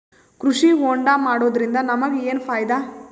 ಕೃಷಿ ಹೋಂಡಾ ಮಾಡೋದ್ರಿಂದ ನಮಗ ಏನ್ ಫಾಯಿದಾ?